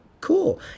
cool